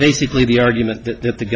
basically the argument that the